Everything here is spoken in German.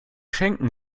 schenken